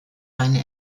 seine